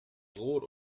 brot